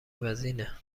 وزینه